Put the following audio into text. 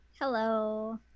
Hello